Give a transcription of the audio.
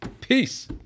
Peace